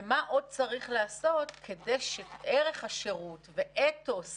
ומה עוד צריך לעשות כדי שערך השירות ואתוס